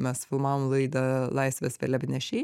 mes filmavom laidą laisvės vėliavnešiai